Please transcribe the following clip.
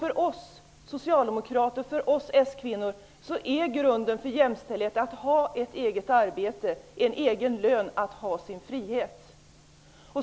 För oss socialdemokrater och s-kvinnor är grunden för jämställdhet ett eget arbetet, en egen lön och egen frihet.